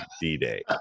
d-day